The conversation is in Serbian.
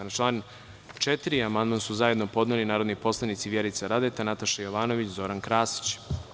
Na član 4. amandman su zajedno podneli narodni poslanici Vjerica Radeta, Nataša Jovanović i Zoran Krasić.